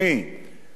כשותף